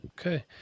Okay